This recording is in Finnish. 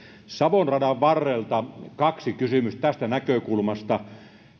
savon radan varrelta kaksi kysymystä tästä näkökulmasta